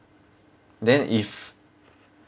then if